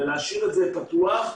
ולהשאיר את זה פתוח.